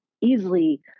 easily